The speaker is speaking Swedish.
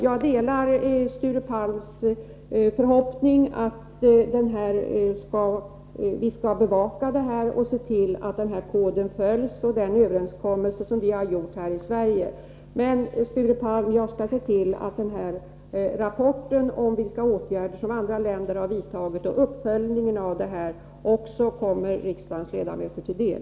Jag delar Sture Palms åsikt att vi skall bevaka att koden och den överenskommelse vi har träffat här i Sverige följs. Och, Sture Palm, jag skall se till att rapporten om vilka åtgärder andra länder har vidtagit i detta ärende och om uppföljningen kommer riksdagens ledamöter till del.